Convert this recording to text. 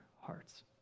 hearts